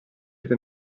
del